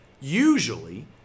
Usually